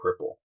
cripple